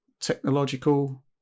technological